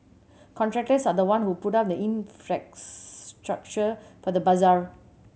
contractors are the one who put up the infrastructure for the bazaar